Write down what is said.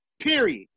Period